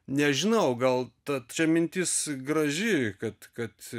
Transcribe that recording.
nežinau gal tad čia mintis graži kad kad